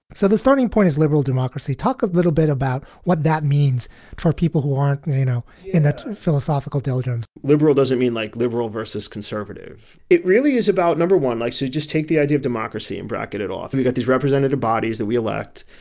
so the starting point is liberal democracy. talk a little bit about what that means for people who aren't neno you know in that philosophical dolgen liberal doesn't mean like liberal versus conservative. it really is about no one likes to just take the idea of democracy and bracket it off. you get these representative bodies that we elect,